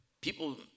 people